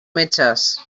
metges